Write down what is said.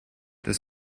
das